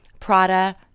Prada